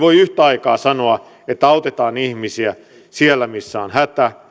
aikaa sanoa että autetaan ihmisiä siellä missä on hätä